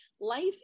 life